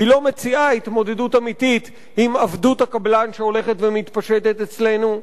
היא לא מציעה התמודדות אמיתית עם עבדות הקבלן שהולכת ומתפשטת אצלנו.